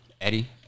Eddie